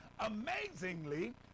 amazingly